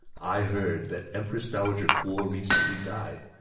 i heard that empress dowager guo recently died.